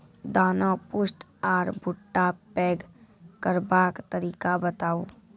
दाना पुष्ट आर भूट्टा पैग करबाक तरीका बताऊ?